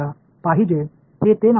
எனவே அதை நாம் விரும்புவதல்ல